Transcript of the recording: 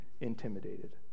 intimidated